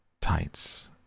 tights